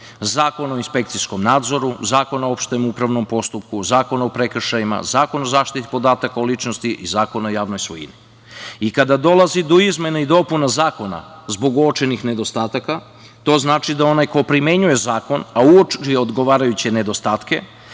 Zakona o inspekcijskom nadzoru, Zakona o opštem upravnom postupku, Zakona o prekršajima, Zakon o zaštiti podataka o ličnosti i Zakon o javnoj svojini. Kada dolazi do izmena i dopuna Zakona zbog uočenih nedostataka to znači da onaj ko primenjuje zakon, a uoči odgovarajuće nedostatke,